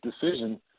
decision